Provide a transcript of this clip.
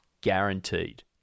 Guaranteed